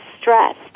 stressed